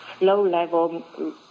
low-level